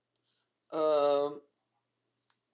um